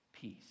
peace